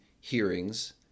hearings